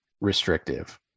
restrictive